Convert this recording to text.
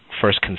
first